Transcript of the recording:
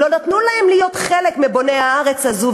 לא נתנו להם להיות חלק מבוני הארץ הזאת,